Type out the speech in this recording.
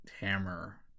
Hammer